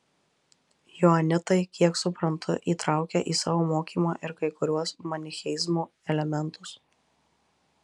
joanitai kiek suprantu įtraukia į savo mokymą ir kai kuriuos manicheizmo elementus